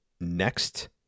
next